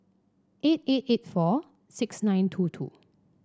eight eight eight four six nine two two